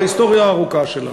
בהיסטוריה הארוכה שלנו.